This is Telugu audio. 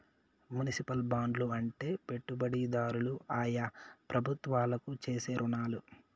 మునిసిపల్ బాండ్లు అంటే పెట్టుబడిదారులు ఆయా ప్రభుత్వాలకు చేసే రుణాలు